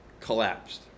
collapsed